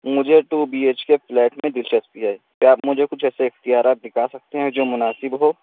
مجھے two B H K flat میں دلچسپی ہے کیا آپ مجھے کچھ ایسے اختیارات دکھا سکتے ہیں جو مناسب ہوں